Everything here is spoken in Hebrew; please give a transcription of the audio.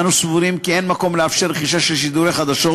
אנו סבורים כי אין מקום לאפשר רכישה של שידורי חדשות,